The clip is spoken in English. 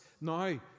Now